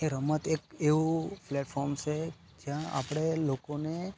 એ રમત એક એવું પ્લેટફોર્મ છે જ્યાં આપણે લોકોને